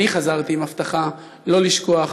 אני חזרתי עם הבטחה לא לשכוח,